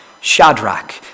Shadrach